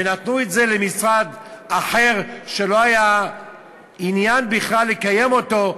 ונתנו למשרד אחר שלא היה עניין בכלל לקיים אותו,